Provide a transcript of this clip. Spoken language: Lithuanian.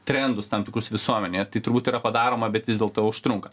trendus tam tikrus visuomenėje tai turbūt yra padaroma bet vis dėlto užtrunka